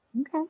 Okay